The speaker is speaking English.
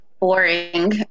Boring